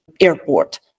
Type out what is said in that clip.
airport